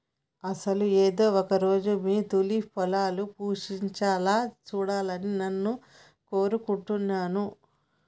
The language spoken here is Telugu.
అసలు ఏదో ఒక రోజు మీరు మీ తూలిప్ పొలాలు పుష్పించాలా సూడాలని నాను కోరుకుంటున్నాను